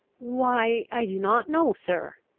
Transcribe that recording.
why, i do not know, sir.